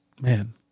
man